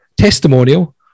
testimonial